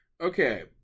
Okay